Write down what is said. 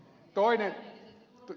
ymmärsinkö oikein